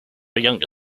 younger